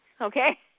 okay